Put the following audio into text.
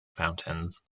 fountains